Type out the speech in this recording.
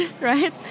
right